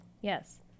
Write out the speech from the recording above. yes